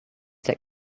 that